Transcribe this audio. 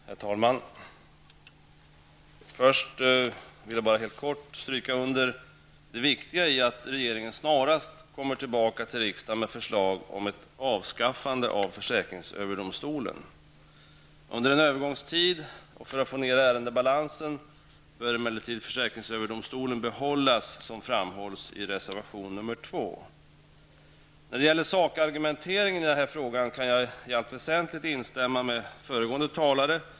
Herr talman! Först vill jag bara helt kort stryka under det viktiga i att regeringen snarast återkommer till riksdagen med förslag om ett avskaffande av försäkringsöverdomstolen. Under en övergångstid och för att få ned ärendebalansen bör emellertid försäkringsöverdomstolen behållas, något som också framhålls i reservation 2. Vad gäller sakargumenteringen i den här frågan kan jag i allt väsentligt instämma med föregående talare.